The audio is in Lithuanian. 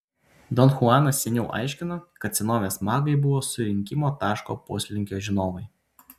don chuanas seniau aiškino kad senovės magai buvo surinkimo taško poslinkio žinovai